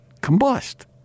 Combust